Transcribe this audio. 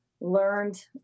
learned